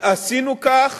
עשינו כך